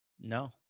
No